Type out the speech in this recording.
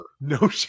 No